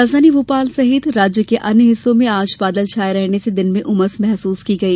राजधानी भोपाल सहित राज्य के अन्य हिस्सों में आज बादल छाए रहने से दिन में उमस महसुस की गई